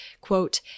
quote